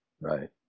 right